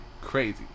crazy